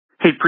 Hey